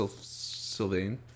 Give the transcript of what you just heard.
Sylvain